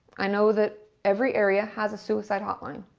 i know that every area has a suicide hotline,